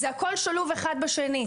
הכול שלוב אחד בשני.